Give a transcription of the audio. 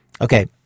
Okay